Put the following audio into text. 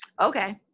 Okay